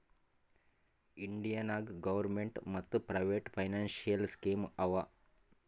India ನಾಗ್ government ಮತ್ private financial scheme ಆವಾ